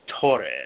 Torres